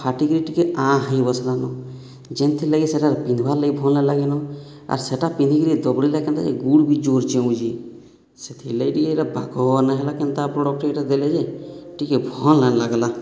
ଫାଟିକିରି ଟିକେ ଆଁ ହେଇ ବସଲାନ ଯେନ୍ଥିର୍ ଲାଗି ସେଟା ପିନ୍ଧବାର ଲାଗି ଭଲ୍ ନାଇଁ ଲାଗେନ ଆର୍ ସେଟା ପିନ୍ଧିକିରି ଦବଡ଼ିଲେ କେନ୍ତାଯେ ଗୋଡ଼ ବି ଜୋର ଚିଉଁଛେ ସେଥିର୍ ଲାଗି ଟିକେ ଇଟା ବାଗର୍ ନାଇଁ ହେଲା କେନ୍ତା ପ୍ରଡକ୍ଟ ଟେ ଇଟା ଦେଲେ ଯେ ଟିକେ ଭଲ୍ ନାଇଁ ଲାଗ୍ଲା